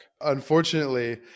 Unfortunately